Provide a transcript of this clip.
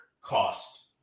cost